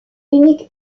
unique